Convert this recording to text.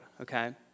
Okay